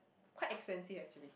quite expensive actually